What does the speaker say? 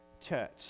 church